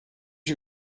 you